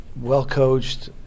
well-coached